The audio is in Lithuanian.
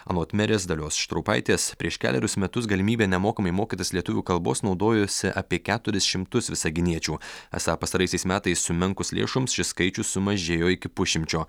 anot merės dalios štraupaitės prieš kelerius metus galimybe nemokamai mokytis lietuvių kalbos naudojosi apie keturis šimtus visaginiečių esą pastaraisiais metais sumenkus lėšoms šis skaičius sumažėjo iki pusšimčio